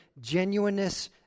genuineness